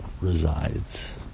resides